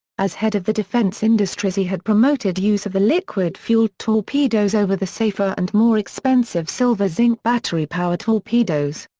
as head of the defence industries he had promoted use of the liquid fueled torpedoes over the safer and more expensive silver-zinc battery-powered torpedoes.